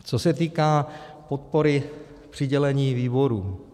Co se týká podpory přidělení výborům.